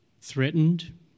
threatened